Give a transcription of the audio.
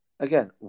Again